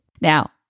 Now